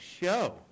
show